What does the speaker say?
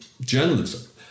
journalism